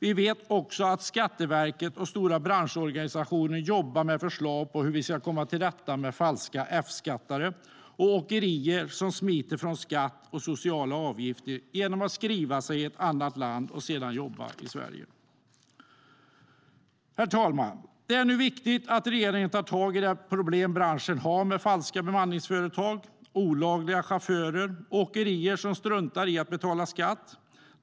Vi vet också att Skatteverket och stora branschorganisationer jobbar med förslag på hur vi ska komma till rätta med falska F-skattare och åkerier som smiter från skatt och sociala avgifter genom att skriva sig i ett annat land och sedan jobba i Sverige. Herr talman! Det är viktigt att regeringen nu tar tag i de problem som branschen har med falska bemanningsföretag, olagliga chaufförer och åkerier som struntar i att betala skatt.